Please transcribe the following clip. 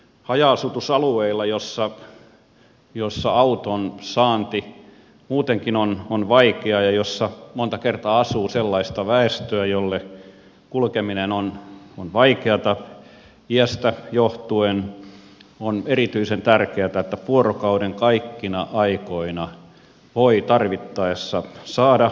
haja asutusalueilla joissa auton saanti muutenkin on vaikeaa ja jossa monta kertaa asuu sellaista väestöä jolle kulkeminen on vaikeata iästä johtuen on erityisen tärkeätä että vuorokauden kaikkina aikoina voi tarvittaessa saada taksipalvelua